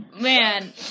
Man